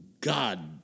God